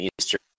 Eastern